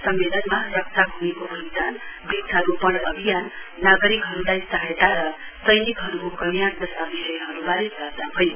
सम्मेलनमा रक्षा भूमिको पहिचान वृक्षारोपण अभियान नागरिकहरूलाई सहायता र सैनिकहरूको कल्याण जस्ता विषयहरूबारे चर्चा भयो